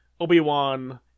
Obi-Wan